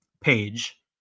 page